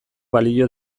balio